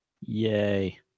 Yay